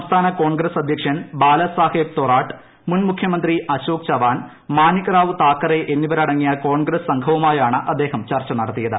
സംസ്ഥാന കോൺഗ്രസ് അധ്യക്ഷൻ ബാലസാഹേബ് തൊറാട്ട് മുൻ മുഖ്യമന്ത്രി അശോക് ചവാൻ മാനിക്റാവു താക്കറെ എന്നിവരടങ്ങിയ കോൺഗ്രസ് സംഘവുമായാണ് അദ്ദേഹം ചർച്ച നടത്തിയത്